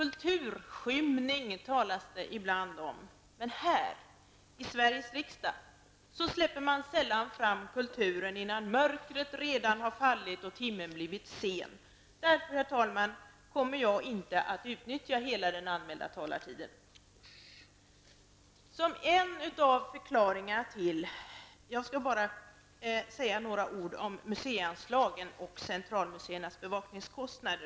Herr talman! Det talas ibland om kulturskymning. Men här, i Sveriges riksdag, släpper man sällan fram kulturen innan mörkret redan fallit och timmen blivit sen. Jag kommer därför, herr talman, inte att utnyttja hela den anmälda taletiden. Jag skall bara säga några ord om museianslagen och centralmuseernas bevakningskostnader.